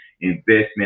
investment